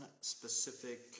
specific